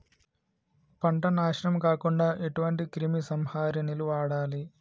పంట నాశనం కాకుండా ఎటువంటి క్రిమి సంహారిణిలు వాడాలి?